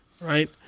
right